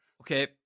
Okay